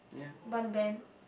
one band